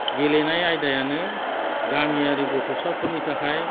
गेलेनाय आयदायानो गामियारि गथ'साफोरनि थाखाय